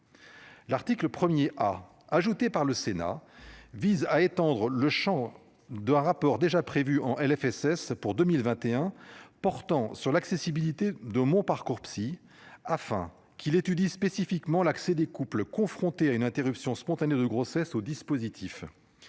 L'article 1er a ajouté par le Sénat, vise à étendre le Champ de un rapport déjà prévu en LFSS pour 2021 portant sur l'accessibilité de mon parcours psy afin qu'il étudie spécifiquement l'accès des couples confrontés à une interruption spontanée de grossesse au dispositif.